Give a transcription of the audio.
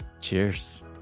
Cheers